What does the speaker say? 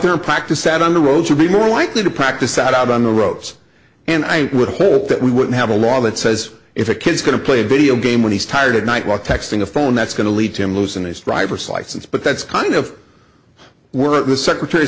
there practice sat on the roads or be more likely to practice out on the roads and i would hope that we would have a law that says if a kid's going to play a video game when he's tired at night while texting a phone that's going to lead to him losing his driver's license but that's kind of were the secretary of